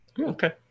Okay